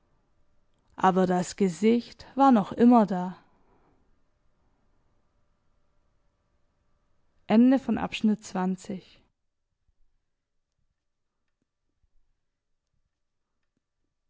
aber das gesicht war noch immer da